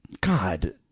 God